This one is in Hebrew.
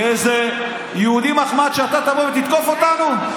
כאיזה יהודי מחמד שאתה תבוא ותתקוף אותנו?